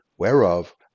whereof